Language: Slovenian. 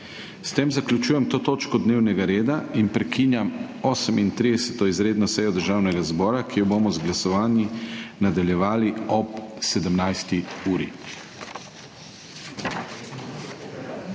S tem zaključujem to točko dnevnega reda in prekinjam 38. izredno sejo Državnega zbora, ki jo bomo z glasovanji nadaljevali ob 17. uri.